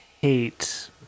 hate